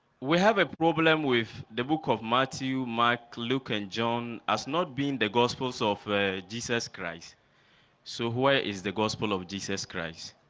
we have a problem with the book of matthew mark luke and john has not been the gospels of jesus christ so where is the gospel of jesus christ?